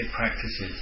practices